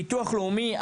ביטוח לאומי,